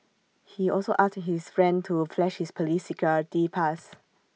he also asked his friend to flash his Police security pass